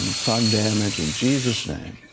um sun damage, in jesus' name,